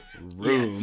room